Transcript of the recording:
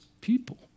people